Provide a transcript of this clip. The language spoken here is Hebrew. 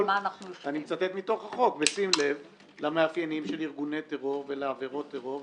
אני מצטט מתוך החוק "בשים לב למאפיינים של ארגוני הטרור ועבירות הטרור,